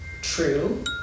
True